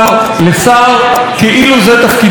כאילו זה תפקידה העיקרי של הכנסת.